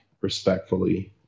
respectfully